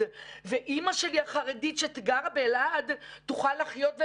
אבל אפילו אם בין סגרים היו מאפשרים להם לעבוד אזי